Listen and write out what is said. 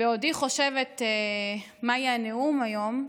בעודי חושבת מה יהיה הנאום היום,